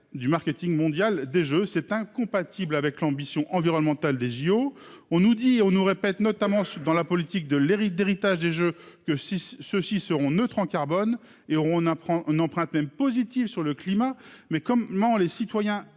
du marketing mondial des jeux c'est incompatible avec l'ambition environnementale des JO. On nous dit on nous répète notamment dans la politique de l'hérite d'héritage des Jeux que si ceux-ci seront neutre en carbone et on apprend un emprunt thème positif sur le climat. Mais comment les citoyens